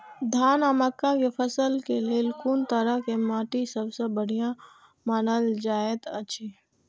धान आ मक्का के फसल के लेल कुन तरह के माटी सबसे बढ़िया मानल जाऐत अछि?